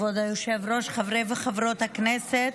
כבוד היושב-ראש, חברי וחברות הכנסת,